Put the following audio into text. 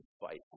fight